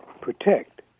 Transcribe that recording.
protect